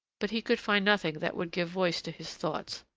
but he could find nothing that would give voice to his thoughts.